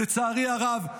לצערי הרב,